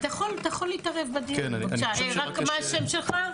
אתה יכול להתערב בדיון, רק מה השם שלך?